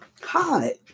Hi